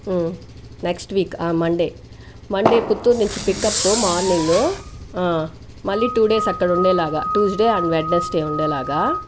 next week ఆ Monday Monday పుత్తూర్నించి pickup morning మళ్ళీ టూ డేస్ అక్కడ ఉండేలాగా ట్యూస్డే అండ్ వెడ్నెస్డే ఉండేలాగా